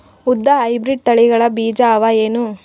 ಉದ್ದ ಹೈಬ್ರಿಡ್ ತಳಿಗಳ ಬೀಜ ಅವ ಏನು?